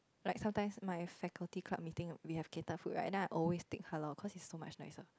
like sometimes my faculty club meeting we have catered food right then I always take halal cause it's so much nicer